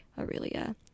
aurelia